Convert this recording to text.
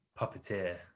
Puppeteer